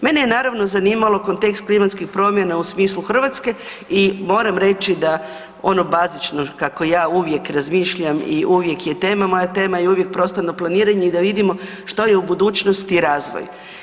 Mene je naravno zanimalo kontekst klimatskih promjena u smislu Hrvatske i moram reći da ono bazično kako ja uvijek razmišljam i uvijek je tema, moja tema je uvijek prostorno planiranje i da vidimo što je u budućnosti razvoj.